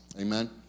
Amen